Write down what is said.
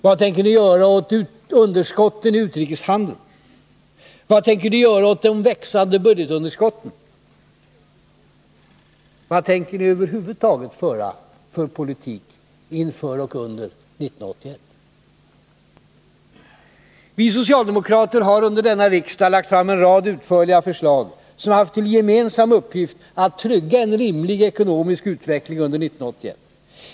Vad tänker ni göra åt underskottet i utrikeshandeln? Vad tänker ni göra åt det växande budgetunderskottet? Vad tänker ni över huvud taget föra för politik inför och under 1981? Vi socialdemokrater har under detta riksmöte lagt fram en rad utförliga förslag som haft till gemensam uppgift att trygga en rimlig ekonomisk utveckling under 1981.